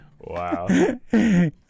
Wow